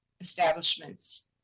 establishments